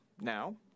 now